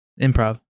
improv